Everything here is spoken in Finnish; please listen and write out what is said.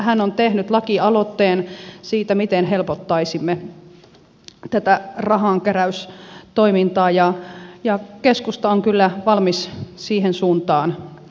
hän on tehnyt laki aloitteen siitä miten helpottaisimme tätä rahankeräystoimintaa ja keskusta on kyllä valmis siihen suuntaan menemään